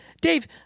Dave